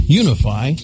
unify